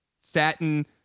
satin